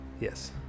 yes